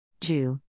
Jew